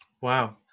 Wow